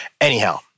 Anyhow